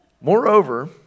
Moreover